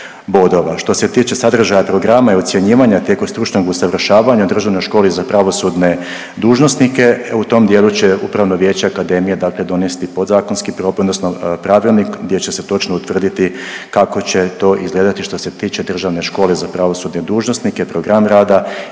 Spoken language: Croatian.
Što se tiče sadržaja programa i ocjenjivanja tijekom stručnog usavršavanja u Državnoj školi za pravosudne dužnosnike, u tom dijelu će Upravno vijeće Akademije dakle, donesti podzakonski odnosno pravilnik gdje će se točno utvrditi kako će to izgledati što se tiče Državne škole za pravosudne dužnosnike, program rada i sve ostalo što